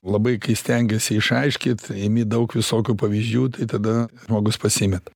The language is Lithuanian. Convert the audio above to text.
labai kai stengiesi išaiškyt imi daug visokių pavyzdžių tai tada žmogus pasimeta